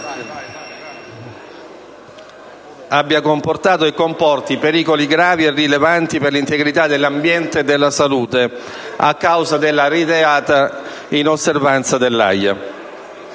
abbia comportato e comporti pericoli gravi e rilevanti per l'integrità dell'ambiente e della salute a causa della reiterata inosservanza